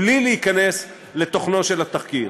בלי להיכנס לתוכנו של התחקי.,